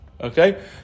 okay